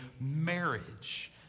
marriage